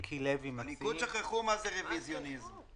מי בעד ההסתייגות הרשימה המשותפת?